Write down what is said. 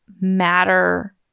matter